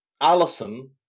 Allison